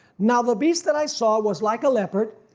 now the beast that i saw was like a leopard,